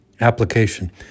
Application